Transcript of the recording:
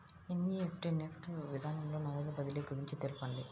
NEFT NEFT విధానంలో నగదు బదిలీ గురించి తెలుపండి?